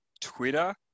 Twitter